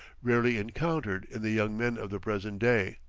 rarely encountered in the young men of the present day.